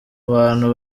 bantu